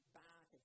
back